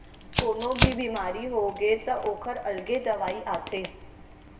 कोनो भी बेमारी होगे त ओखर अलगे दवई आथे